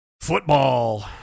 football